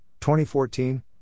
2014